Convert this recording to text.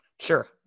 Sure